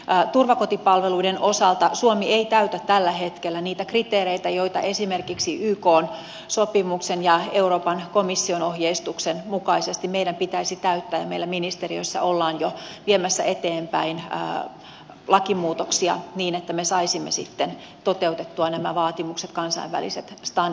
turvakotipalveluiden osalta suomi ei täytä tällä hetkellä niitä kriteereitä jotka esimerkiksi ykn sopimuksen ja euroopan komission ohjeistuksen mukaisesti meidän pitäisi täyttää ja meillä ministeriössä ollaan jo viemässä eteenpäin lakimuutoksia niin että me saisimme toteutettua nämä vaatimukset kansainväliset standardit